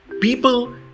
people